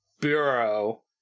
bureau